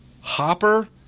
hopper